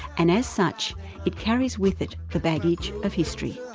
and as such it carries with it the baggage of history.